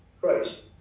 Christ